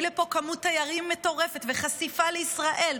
לפה כמות תיירים מטורפת וחשיפה לישראל,